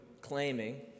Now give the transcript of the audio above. claiming